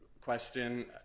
question